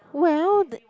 well